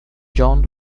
john